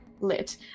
lit